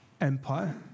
empire